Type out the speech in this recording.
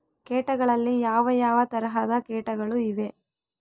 ಕೇಟಗಳಲ್ಲಿ ಯಾವ ಯಾವ ತರಹದ ಕೇಟಗಳು ಇವೆ?